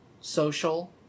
social